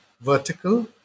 vertical